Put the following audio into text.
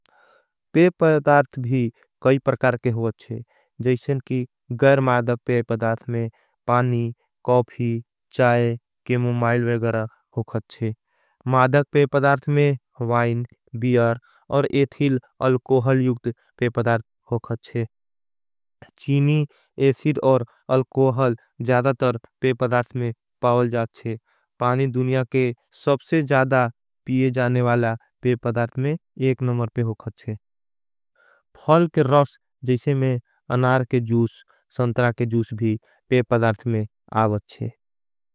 पेपडार्त भी कई परकार के हो अच्छे जैसेन की गर्मादक। पेपडार्त में पानी, कौफी, चाय, केमो माईल वे गर्र। होगाच्छे मादक पेपडार्त में वाइन बियर और एथिल। अलकोहल यूग्द पेपडार्त होगाच्छे चीनी एसीड और। अलकोहल जादा तर पेपडार्त में पावल जाच्छे पानी। दुनिया के सबसे जादा पिये जाने वाला पेपडार्त में एक। नमर पे होगाच्छे फल के रोस जैसे में अनार के। जूस संतरा के जूस भी पेपडार्त में आवच्छे।